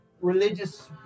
religious